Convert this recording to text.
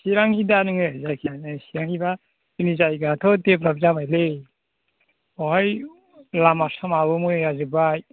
चिरांनि दा नोङो जायखिजाया नै चिरांनिबा जोंनि जायगायाथ' डेभल'प जाबायलै बेवहाय लामा सामाबो मोजां जाजोब्बाय